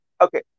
Okay